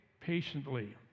patiently